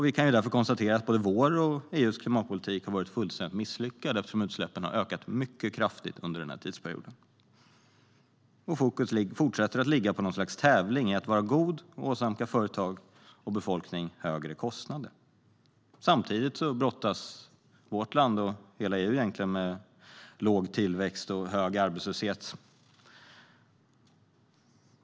Vi kan därför konstatera att både vår och övriga EU:s klimatpolitik har varit fullständigt misslyckad, eftersom utsläppen har ökat mycket kraftigt under denna tidsperiod. Fokus fortsätter att ligga på något slags tävling i att vara god och åsamka företag och befolkning högre kostnader. Samtidigt brottas vårt land och hela EU med låg tillväxt och hög arbetslöshet.